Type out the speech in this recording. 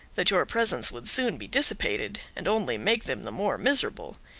that your presents would soon be dissipated, and only make them the more miserable.